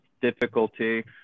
difficulty